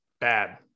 Bad